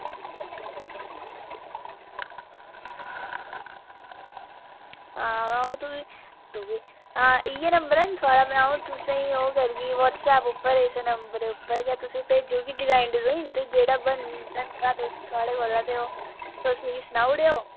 हां अवा ओह् तुगी तुगी हां इ'यै नंबर ऐ ना थुआढ़े ते तुसेंगी ओह् करगी व्हाट्सएप उप्पर इस नंबर उप्पर गै तुसेंगी भेजी ओड़गी डिजाईन ते जेह्ड़ा बनगा ते थुआढ़े कोला ते ओह् तुस मिगी सनाई ओड़ेओ